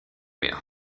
mehr